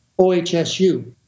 OHSU